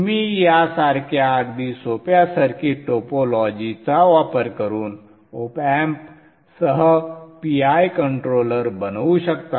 तुम्ही यासारख्या अगदी सोप्या सर्किट टोपोलॉजीचा वापर करून op amp सह PI कंट्रोलर बनवू शकता